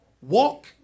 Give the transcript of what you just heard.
walk